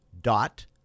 dot